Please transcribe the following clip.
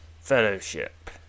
Fellowship